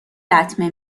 لطمه